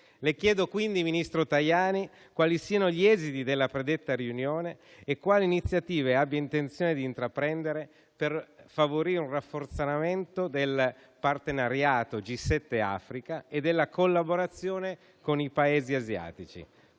Le chiedo quindi, ministro Tajani, quali siano gli esiti della predetta riunione e quali iniziative abbia intenzione di intraprendere per favorire un rafforzamento del partenariato G7-Africa e della collaborazione con i Paesi asiatici,